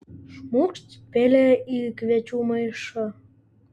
šmūkšt pelė į kviečių maišą